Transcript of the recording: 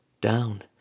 down